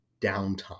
downtime